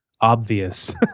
obvious